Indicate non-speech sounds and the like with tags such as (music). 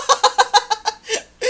(laughs)